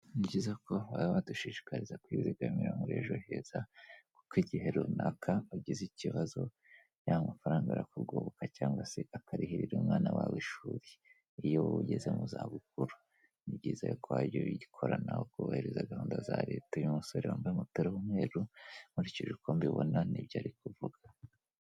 Ni byiza ko baba badushishikariza kwizigamira muri ejo heza kuko igihe runaka ugize ikibazo y'amafaranga arakugoboka cyangwa se akarihirira umwana wawe ishuri, iyo wowe ugeze mu zabukuru ni byiza yuko wajya ubikora nawe ukubahiriza gahunda za leta. Uyu musore wambaye umupira w'umweru nkurikije uko mbibona nibyo ari kuvuga.